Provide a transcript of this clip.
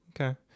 Okay